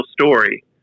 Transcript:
story